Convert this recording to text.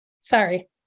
Sorry